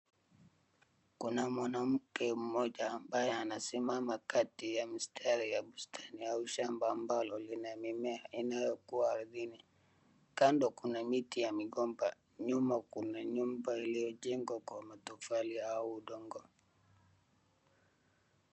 Kuna mwanamke mmoja ambaye anasimama kati ya mstari ya bustani au shamba ambalo linamemea inayokuwa ardhini. Kando kuna miti ya migomba, nyuma kuna nyumba iliyojengwa kwa matofali au udongo.